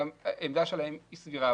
גם העמדה שלהם היא סבירה,